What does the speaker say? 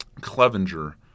Clevenger